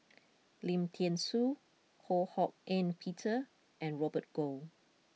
Lim Thean Soo Ho Hak Ean Peter and Robert Goh